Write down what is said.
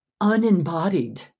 unembodied